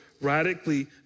radically